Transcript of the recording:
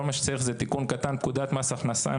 כל מה שצריך זה תיקון קטן בפקודת מס הכנסה,